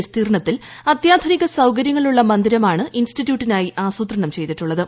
വിസ്തീർണത്തിൽ അത്യാധുനിക സൌകര്യങ്ങളുള്ള മന്ദിരമാണ് ഇൻസ്റ്റിറ്റ്യൂട്ടിനായി ആസൂത്രണം ചെയ്തിട്ടുള്ളത്